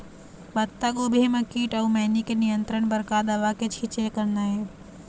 पत्तागोभी म कीट अऊ मैनी के नियंत्रण बर का दवा के छींचे करना ये?